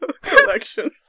collection